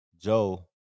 Joe